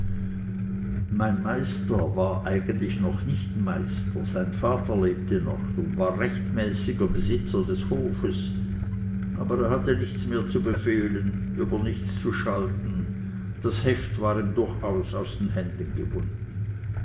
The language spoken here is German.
mein meister war eigentlich noch nicht meister sein vater lebte noch und war rechtmäßiger besitzer des hofes aber er hatte nichts mehr zu befehlen über nichts zu schalten das heft war ihm durchaus aus den händen gewunden